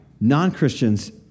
non-Christians